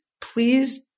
please